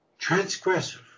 transgressive